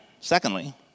secondly